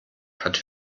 hat